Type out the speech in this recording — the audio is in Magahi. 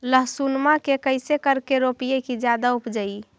लहसूनमा के कैसे करके रोपीय की जादा उपजई?